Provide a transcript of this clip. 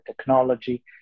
technology